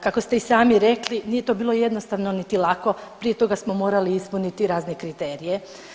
Kako ste i sami rekli nije to bilo jednostavno niti lako, prije toga smo morali ispuniti razne kriterije.